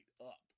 up